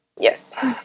Yes